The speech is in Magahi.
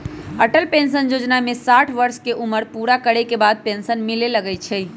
अटल पेंशन जोजना में साठ वर्ष के उमर पूरा करे के बाद पेन्सन मिले लगैए छइ